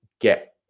get